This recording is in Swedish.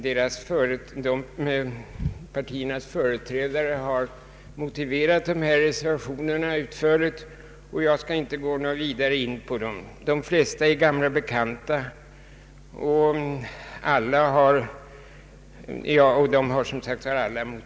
Dessa partiers företrädare har motiverat reservationerna utförligt, och jag skall därför inte gå vidare in på dem. De flesta är gamla bekanta.